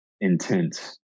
intense